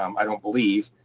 um i don't believe.